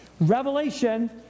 Revelation